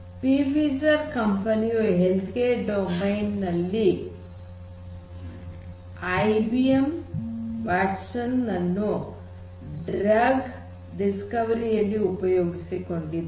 Pfizer ಕಂಪನಿಯು health care domain ನಲ್ಲಿ IBM Watson ಅನ್ನು ಡ್ರಗ್ ಡಿಸ್ಕವರಿ ಯಲ್ಲಿ ಉಪಯೋಗಿಸಿಕೊಂಡಿದ್ದಾರೆ